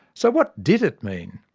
so what did it mean?